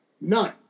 None